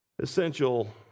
essential